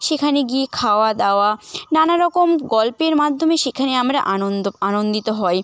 সেখানে গিয়ে খাওয়া দাওয়া নানা রকম গল্পের মাধ্যমে সেখানে আমরা আনন্দ আনন্দিত হই